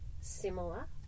similar